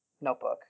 notebook